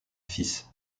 fils